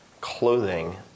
clothing